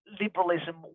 liberalism